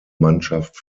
mannschaft